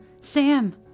Sam